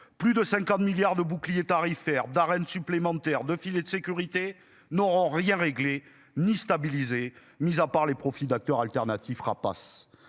Plus de 50 milliards de bouclier tarifaire Darren supplémentaire de filet de sécurité n'auront rien réglé ni stabilisé, mis à part les profits d'acteurs alternatifs rapaces.